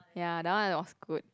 ya that one was good